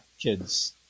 kids